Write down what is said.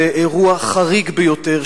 זה אירוע חריג ביותר,